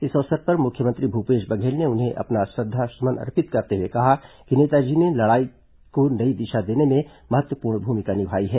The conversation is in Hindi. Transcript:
इस अवसर पर मुख्यमंत्री भूपेश बघेल ने उन्हें अपना श्रद्वासुमन अर्पित करते हुए कहा कि नेताजी ने आजादी की लड़ाई को नई दिशा देने में महत्वपूर्ण भूमिका निभाई है